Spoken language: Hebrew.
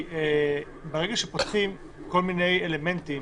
ברגע שפותחים כל מיני אלמנטים